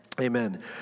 Amen